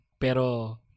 pero